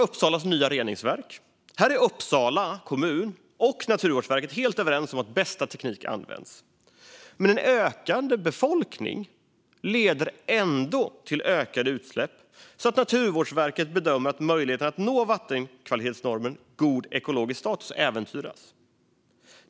Uppsala kommun och Naturvårdsverket är helt överens om att bästa teknik används i det nya reningsverket. En ökande befolkning leder ändå till ökade utsläpp, så Naturvårdsverket bedömer att möjligheten att nå vattenkvalitetsnormen god ekologisk status äventyras.